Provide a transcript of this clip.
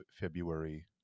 February